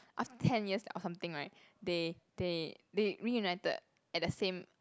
after ten years or something right they they they reunited at the same